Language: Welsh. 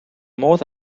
modd